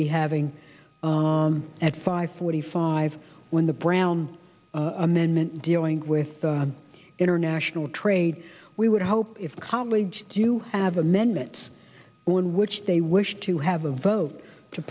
be having at five forty five when the brown amendment dealing with the international trade we would hope if colleagues do you have amendments in which they wish to have a vote to